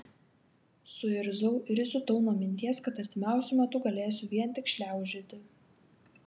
suirzau ir įsiutau nuo minties kad artimiausiu metu galėsiu vien tik šliaužioti